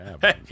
hey